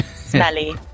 smelly